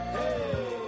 Hey